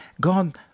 God